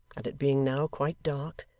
and it being now quite dark,